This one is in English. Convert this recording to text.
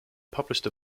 published